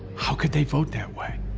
how could they vote that way?